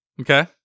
Okay